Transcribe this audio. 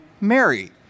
Mary